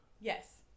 Yes